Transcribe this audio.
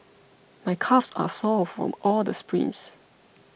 my calves are sore from all the sprints